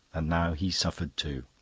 and now he suffered too.